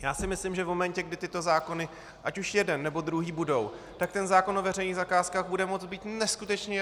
Já si myslím, že v momentě, kdy tyto zákony, ať už jeden, nebo druhý, budou, tak ten zákon o veřejných zakázkách bude moct být neskutečně jednoduchý.